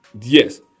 yes